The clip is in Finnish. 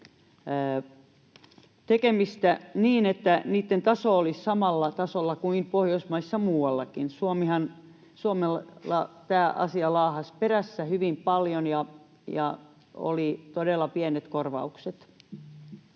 tekemistä niin, että niitten taso olisi samalla tasolla kuin Pohjoismaissa muuallakin. Suomessa tämä asia laahasi perässä hyvin paljon ja oli todella pienet korvaukset.